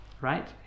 right